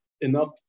enough